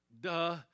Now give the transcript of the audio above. Duh